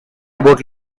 about